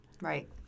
Right